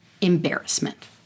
embarrassment